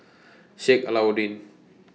Sheik Alau'ddin